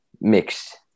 mixed